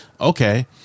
Okay